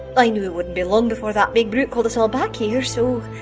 i knew it wouldn't be long before that big brute called us all back here so